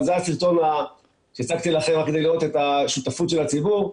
אבל זה הסרטון שהצגתי לכם כדי להראות את השותפות של הציבור.